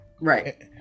right